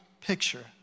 picture